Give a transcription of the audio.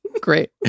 Great